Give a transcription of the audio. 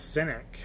Cynic